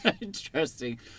Interesting